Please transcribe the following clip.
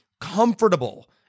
comfortable